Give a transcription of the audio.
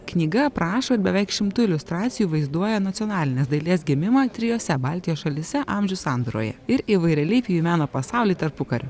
knyga aprašo beveik šimtu iliustracijų vaizduoja nacionalinės dailės gimimą trijose baltijos šalyse amžių sandūroj ir įvairialypį meno pasaulį tarpukario